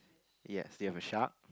yes do you have a shark